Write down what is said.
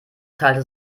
teilte